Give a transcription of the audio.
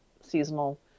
seasonal